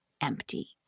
empty